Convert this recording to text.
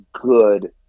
good